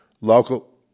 local